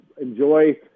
enjoy